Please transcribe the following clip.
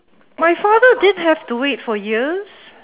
my father didn't have to wait for years